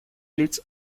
лиц